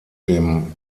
dem